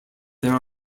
there